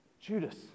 Judas